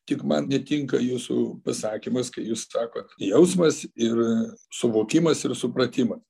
tik man netinka jūsų pasakymas kai jūs sakot jausmas ir suvokimas ir supratimas